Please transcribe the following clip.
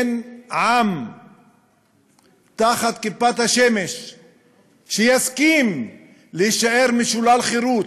אין עם תחת כיפת השמים שיסכים להישאר משולל חירות,